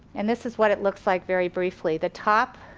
and this is what it looks like very briefly. the top.